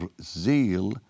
zeal